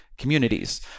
communities